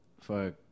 Fuck